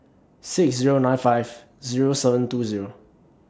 six Zero nine five Zero seven two Zero